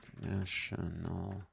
National